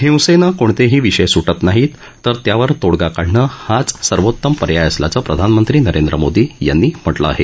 हिंसेनं कोणतेही विषय सुद्धि नाहीत तर त्यावर तोडगा काढणं हाच सर्वोत्तम पर्याय असल्याचं प्रधानमंत्री नरेंद्र मोदी यांनी म्हा िं आहे